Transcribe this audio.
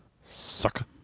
Sucker